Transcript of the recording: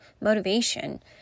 motivation